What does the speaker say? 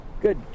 Good